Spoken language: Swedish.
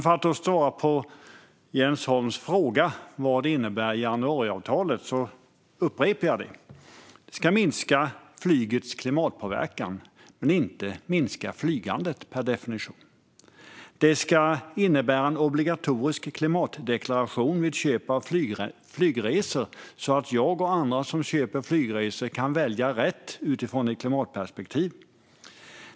För att svara på Jens Holms fråga om vad januariavtalet innebär ska jag upprepa just det. Det ska minska flygets klimatpåverkan men inte minska flygandet per definition. Det ska innebära en obligatorisk klimatdeklaration vid köp av flygresor så att jag och andra som köper flygresor kan välja rätt utifrån ett klimatperspektiv.